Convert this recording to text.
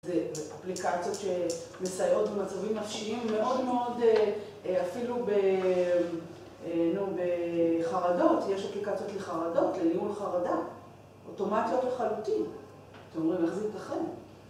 זה אפליקציות שמסייעות במצבים נפשיים מאוד מאוד, אפילו בחרדות, יש אפליקציות לחרדות, לניהול חרדה, אוטומטיות לחלוטין, אתם אומרים איך זה ייתכן?